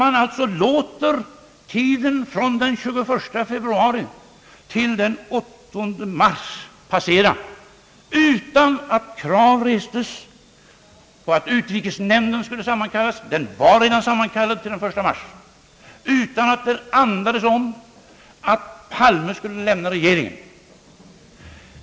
Man lät alltså tiden från den 21 februari till den 8 mars passera utan att krav restes på att utrikesnämnden skulle sammankallas. Den var redan sammankallad till den 1 mars utan att ni då ens andades om att statsrådet Palme borde lämna regeringen.